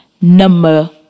number